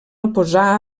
oposar